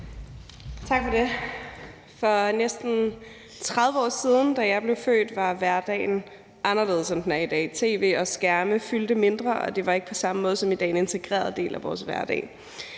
Tak for det. For næsten 30 år siden, da jeg blev født, var hverdagen anderledes, end den er i dag. Tv og skærme fyldte mindre, og det var ikke på samme måde som i dag en integreret del af vores hverdag.